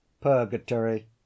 Purgatory